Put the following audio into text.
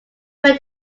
felt